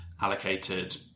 allocated